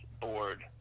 board